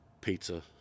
pizza